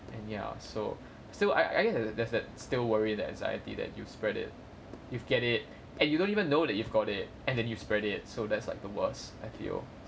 and ya so so I I guess that's that's still worried that anxiety that you spread it you've get it and you don't even know that you've got it and then you spread it so that's like the worst I feel